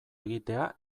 egitea